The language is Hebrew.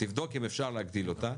תבדוק אם אפשר להגדיל אותה,